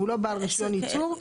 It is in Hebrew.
אם הוא לא בעל רישיון ייצור.